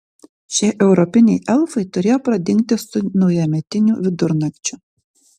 šie europiniai elfai turėjo pradingti su naujametiniu vidurnakčiu